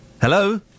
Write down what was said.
Hello